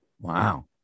Wow